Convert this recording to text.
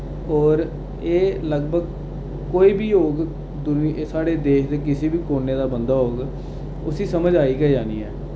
और एह् लगभग कोई बी होग दु साढ़े देश दे किसी बी कोने दा बंदा होग उस्सी समझ आई गै जानी ऐ